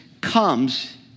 comes